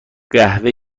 قهوه